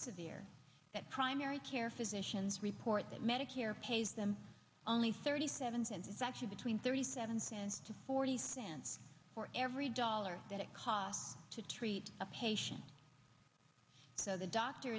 severe that primary care physicians report that medicare pays them only thirty seven cents is actually between thirty seven cents to forty cents for every dollar that it costs to treat a patient so the doctor